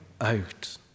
out